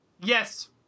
Yes